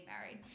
married